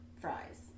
fries